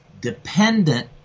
dependent